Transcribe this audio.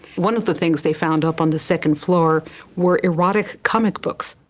one of the things they found up on the second floor were erotic comic books.